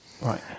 Right